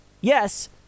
yes